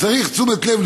צריך תשומת לב,